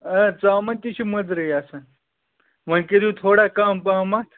آ ژامَن تہِ چھِ مٔدرٕے آسان